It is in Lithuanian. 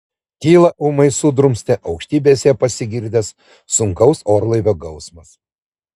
tylą ūmai sudrumstė aukštybėse pasigirdęs sunkaus orlaivio gausmas